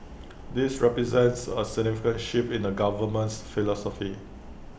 this represents A significant shift in the government's philosophy